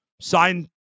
signed